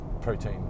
protein